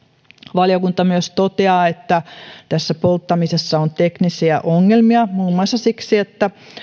valiokunta myös toteaa että polttamisessa on teknisiä ongelmia muun muassa siksi että